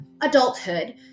adulthood